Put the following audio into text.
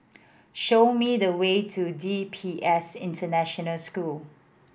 show me the way to D P S International School